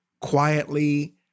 quietly